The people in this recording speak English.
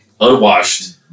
Unwashed